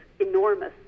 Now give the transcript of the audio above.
enormous